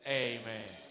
amen